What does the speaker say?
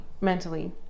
mentally